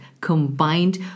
combined